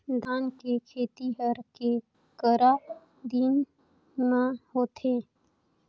धान के खेती हर के करा दिन म होथे?